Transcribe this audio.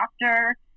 doctor